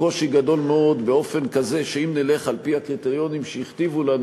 קושי גדול מאוד באופן כזה שאם נלך על-פי הקריטריונים שהכתיבו לנו,